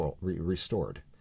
restored